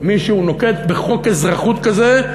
מישהו נוקט חוק אזרחות כזה?